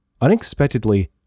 Unexpectedly